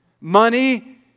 money